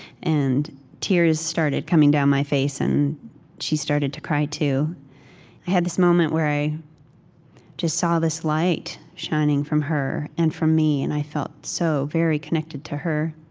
and tears started coming down my face, and she started to cry too i had this moment where i just saw this light shining from her and from me. and i felt so very connected to her